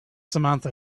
samantha